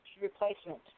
replacement